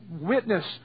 witness